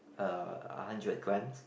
uh a hundred grams